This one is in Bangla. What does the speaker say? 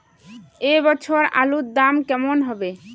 এ বছর আলুর দাম কেমন হবে?